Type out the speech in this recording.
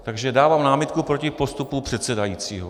Takže dávám námitku proti postupu předsedajícího.